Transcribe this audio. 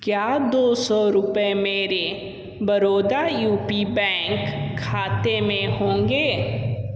क्या दौ सौ रुपये मेरे बड़ौदा यू पी बैंक खाते में होंगे